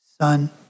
son